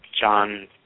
John